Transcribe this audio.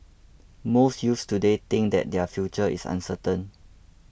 most youths today think that their future is uncertain